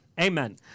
Amen